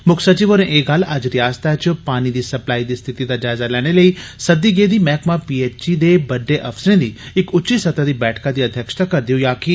मुक्ख सचिव होरें एह् गल्ल अज्ज रयासतै च पानी दी सप्लाई दी स्थिति दा जायजा लैने लेई सद्दी गेदी मैहकमा पी एच ई दे बड्डे अफसरें दी इक उच्ची सतह दी बैठका दी अध्यक्षता करदे होई आक्खी